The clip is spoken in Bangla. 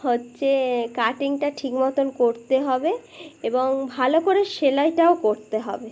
হচ্ছে কাটিংটা ঠিক মতোন করতে হবে এবং ভালো করে সেলাইটাও করতে হবে